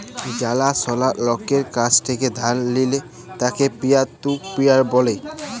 জালা সলা লকের কাছ থেক্যে ধার লিলে তাকে পিয়ার টু পিয়ার ব্যলে